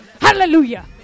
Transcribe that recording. Hallelujah